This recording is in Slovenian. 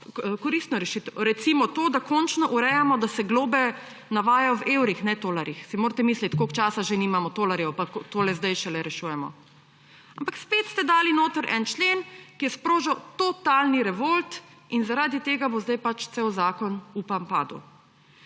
koristno rešitev. Recimo to, da končno urejamo, da se globe navajajo v evrih, ne tolarjih. Si morate misliti, koliko časa že nimamo tolarjev, pa tole zdaj šele rešujemo. Ampak spet ste dali noter en člen, ki je sprožil totalni revolt in zaradi tega bo zdaj pač cel zakon, upam, padel.